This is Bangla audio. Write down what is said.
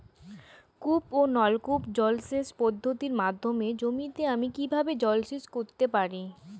কূপ ও নলকূপ জলসেচ পদ্ধতির মাধ্যমে জমিতে আমি কীভাবে জলসেচ করতে পারি?